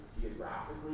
geographically